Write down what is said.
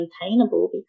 maintainable